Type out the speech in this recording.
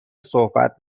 صحبت